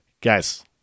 guys